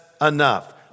enough